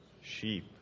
sheep